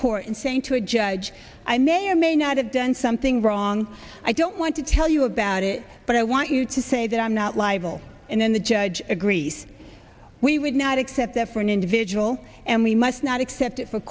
court and saying to a judge i may or may not have done something wrong i don't want to tell you about it but i want you to say that i'm not libel and then the judge agrees we would not accept that for an individual and we must not accept it for